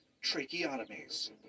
tracheotomies